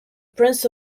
prince